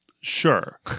sure